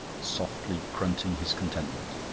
softly grunting his contentment.